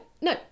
no